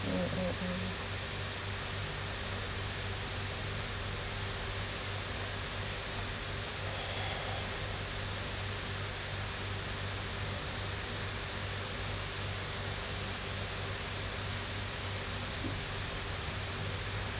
mm mm mm